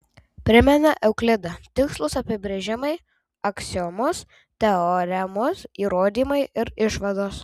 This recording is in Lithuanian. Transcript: primena euklidą tikslūs apibrėžimai aksiomos teoremos įrodymai ir išvados